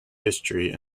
history